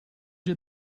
did